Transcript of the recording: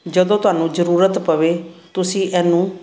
ਜਦੋਂ ਤੁਹਾਨੂੰ ਜ਼ਰੂਰਤ ਪਵੇ ਤੁਸੀਂ ਇਹਨੂੰ